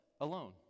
alone